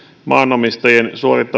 maanomistajien